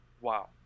Wow